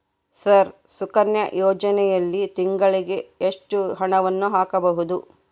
Sir Sukanya ಯೋಜನೆಯಲ್ಲಿ ತಿಂಗಳಿಗೆ ಎಷ್ಟು ಹಣವನ್ನು ಹಾಕಬಹುದು?